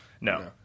No